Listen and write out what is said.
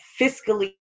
fiscally